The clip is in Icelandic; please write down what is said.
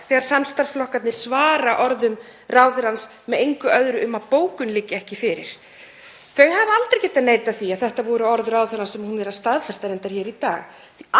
þegar samstarfsflokkarnir svara orðum ráðherrans með engu öðru um að bókun liggi ekki fyrir. Þau hafa aldrei getað neitað því að þetta voru orð ráðherrans sem hún staðfestir reyndar hér í dag.